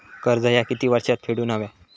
कर्ज ह्या किती वर्षात फेडून हव्या?